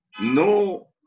no